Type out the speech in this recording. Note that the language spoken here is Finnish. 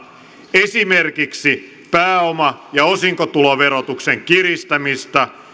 esimerkiksi pääoma ja osinkotuloverotuksen kiristämistä